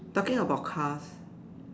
talking about car